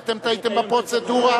אתם טעיתם בפרוצדורה.